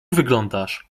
wyglądasz